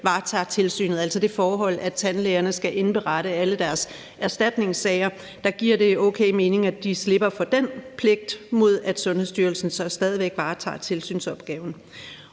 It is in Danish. varetager tilsynet, altså det forhold, at tandlægerne skal indberette alle deres erstatningssager. Det giver okay mening, at de slipper for den pligt, mod at Sundhedsstyrelsen så stadig væk varetager tilsynsopgaven,